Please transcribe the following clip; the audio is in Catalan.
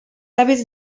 hàbits